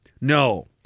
No